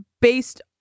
based